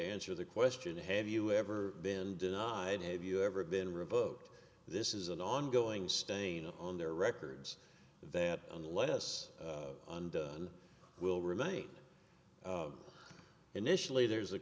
answer the question have you ever been denied have you ever been revoked this is an ongoing stain on their records that unless undone will remain initially there's a